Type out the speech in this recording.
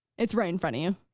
it's right in front of you.